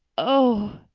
oh,